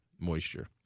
moisture